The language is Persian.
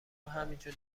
همینجور